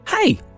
Hey